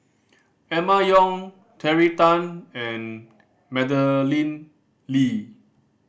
Emma Yong Terry Tan and Madeleine Lee